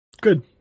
Good